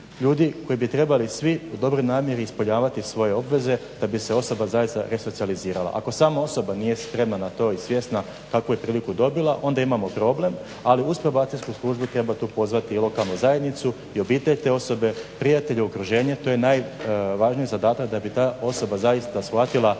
ljudi koji bi trebali svi u dobroj namjeri ispunjavati svoje obveze da bi se osoba zaista resocijalizirala. Ako sama osoba nije spremna na to i svjesna kakvu je priliku dobila onda imamo problem ali uz probacijsku službu treba tu pozvati i lokalnu zajednicu i obitelj te osobe, prijatelje, okružene, to je najvažniji zadatak da bi ta osoba zaista shvatila